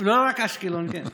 לא רק אשקלון, כן.